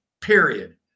period